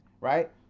right